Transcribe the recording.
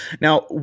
Now